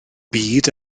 byd